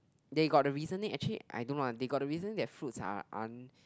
they got the reasoning actually I don't know lah they got the reasoning that fruits are aren't